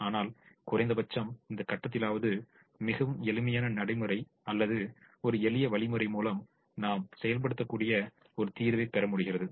ஆனால் குறைந்தபட்சம் இந்த கட்டத்திலாவது மிகவும் எளிமையான நடைமுறை அல்லது ஒரு எளிய வழிமுறை மூலம் நாம் செயல்படுத்தக்கூடிய ஒரு தீர்வைப் பெற முடிகிறது